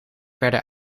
verder